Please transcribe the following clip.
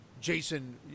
jason